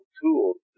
tools